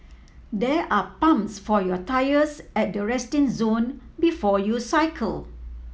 there are pumps for your tyres at the resting zone before you cycle